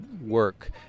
work